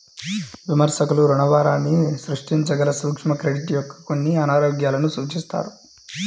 విమర్శకులు రుణభారాన్ని సృష్టించగల సూక్ష్మ క్రెడిట్ యొక్క కొన్ని అనారోగ్యాలను సూచిస్తారు